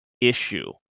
issue